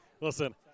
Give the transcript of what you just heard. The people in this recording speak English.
Listen